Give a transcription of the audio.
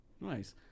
nice